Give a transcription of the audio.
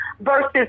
versus